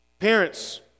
Parents